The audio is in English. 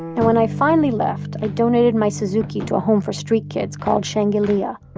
and when i finally left, i donated my suzuki to a home for street kids, called shangilia